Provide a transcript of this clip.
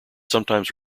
sometimes